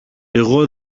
εγώ